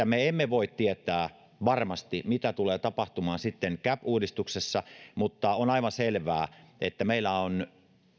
me emme voi tietää varmasti mitä tulee tapahtumaan cap uudistuksessa mutta on aivan selvää että meillä on